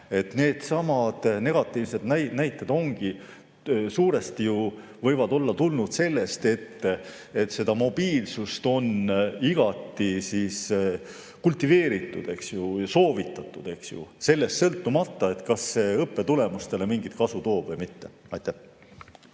needsamad negatiivsed näited suuresti ju võivad olla tulnud sellest, et seda mobiilsust on igati kultiveeritud ja soovitatud, eks ju, sellest sõltumata, kas see õppetulemustele mingit kasu toob või mitte. Aitäh!